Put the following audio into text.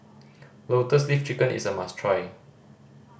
Lotus Leaf Chicken is a must try